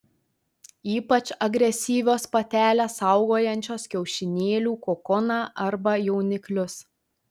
ypač agresyvios patelės saugojančios kiaušinėlių kokoną arba jauniklius